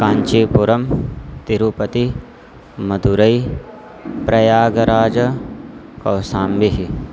काञ्चीपुरं तिरुपति मदुरै प्रयागराजः कौसाम्बिः